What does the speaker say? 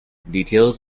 details